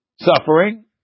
suffering